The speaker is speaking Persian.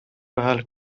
روحل